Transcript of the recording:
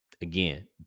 Again